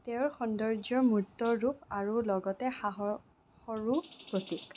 তেওঁ সৌন্দৰ্য্যৰ মূৰ্ত ৰূপ আৰু লগতে সাহসৰো প্ৰতীক